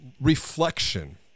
reflection